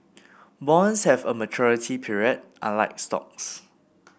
bonds have a maturity period unlike stocks